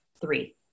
three